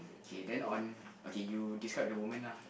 K then on okay you describe the woman lah